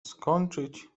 skończyć